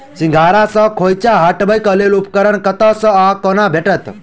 सिंघाड़ा सऽ खोइंचा हटेबाक लेल उपकरण कतह सऽ आ कोना भेटत?